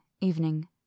evening